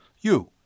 You